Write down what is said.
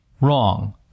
wrong